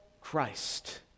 Christ